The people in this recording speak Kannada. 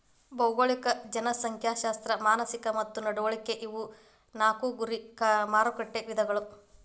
ಭೌಗೋಳಿಕ ಜನಸಂಖ್ಯಾಶಾಸ್ತ್ರ ಮಾನಸಿಕ ಮತ್ತ ನಡವಳಿಕೆ ಇವು ನಾಕು ಗುರಿ ಮಾರಕಟ್ಟೆ ವಿಧಗಳ